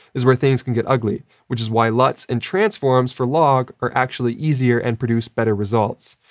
is where things can get ugly, which is why luts and transforms for log are actually easier and produce better results.